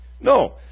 No